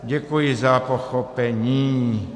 Děkuji za pochopení.